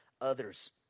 others